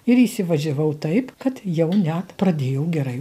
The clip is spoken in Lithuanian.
ir įsivažiavau taip kad jau net pradėjau gerai